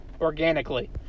organically